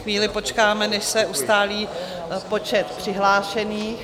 Chvíli počkáme, než se ustálí počet přihlášených.